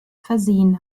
versehen